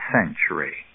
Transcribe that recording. century